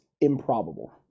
improbable